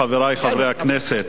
חברי חברי הכנסת,